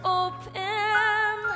open